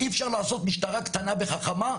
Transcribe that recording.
אי אפשר לעשות משטרה קטנה וחכמה,